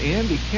Andy